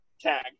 tag